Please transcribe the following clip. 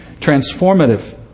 transformative